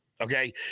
Okay